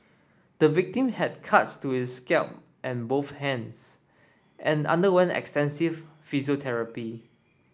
the victim had cuts to his scalp and both hands and underwent extensive physiotherapy